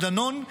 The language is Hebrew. ודנון,